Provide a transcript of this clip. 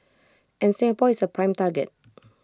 and Singapore is A prime target